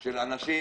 של אנשים,